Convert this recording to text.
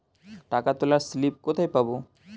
টাকা তোলার স্লিপ কোথায় পাব?